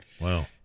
Wow